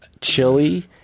chili